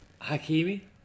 Hakimi